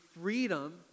freedom